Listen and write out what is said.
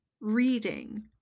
reading